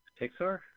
Pixar